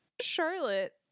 Charlotte